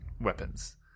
weapons